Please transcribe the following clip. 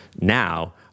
now